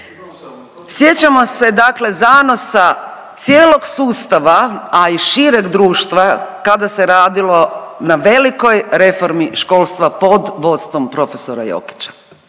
Sjećamo se dakle zanosa cijelog sustava, a i šireg društva kada se radilo na velikoj reformi školstva pod vodstvom profesora Jokića.